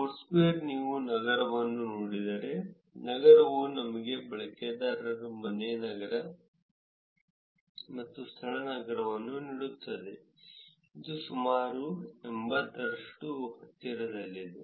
Foursquare ನೀವು ನಗರವನ್ನು ನೋಡಿದರೆ ನಗರವು ನಿಮಗೆ ಬಳಕೆದಾರರ ಮನೆ ನಗರ ಮತ್ತು ಸ್ಥಳ ನಗರವನ್ನು ನೀಡುತ್ತದೆ ಇದು ಸುಮಾರು ಎಂಭತ್ತರಷ್ಟು ಹತ್ತಿರದಲ್ಲಿದೆ